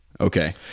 okay